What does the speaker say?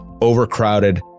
overcrowded